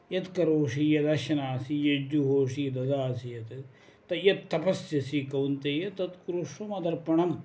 यत्करोषि यदश्नासी यज्जुहोषि ददासि यत् त यत् तपस्यसि कौन्तेय तत् कुरुष्व मदर्पणम्